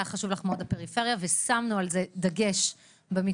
שהייתה חשובה לך מאוד הפריפריה ושמנו על זה דגש במיקוד